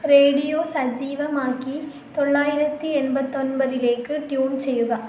radio സജീവമാക്കി തൊള്ളായിരത്തി എൺപത്തി ഒൻപതിലേക്ക് ട്യൂൺ ചെയ്യുക